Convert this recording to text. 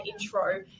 intro